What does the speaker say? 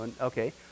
Okay